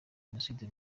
jenoside